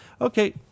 Okay